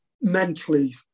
mentally